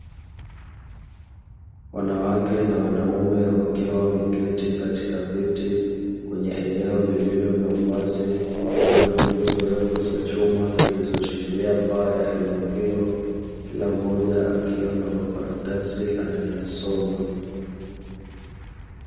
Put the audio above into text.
Wanawake na wanaume wakiwa wameketi katika viti kwenye eneo lililo na uwazi, kukiwa na nguzo ndefu za chuma zilizoshikilia paa ya eneo hilo kila mmoja akiwa na makaratasi anayosoma.